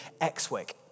Exwick